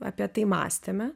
apie tai mąstėme